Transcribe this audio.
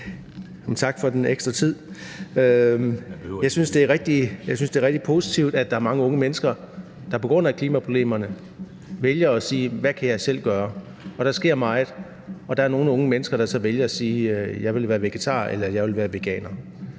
tak for den ekstra tid. Jeg synes, det er rigtig positivt, at der er mange unge mennesker, der på grund af klimaproblemerne vælger at sige: Hvad kan jeg selv gøre? Der sker meget, og der er nogle unge mennesker, der så vælger at sige, at jeg vil være vegetar, eller at jeg vil være veganer.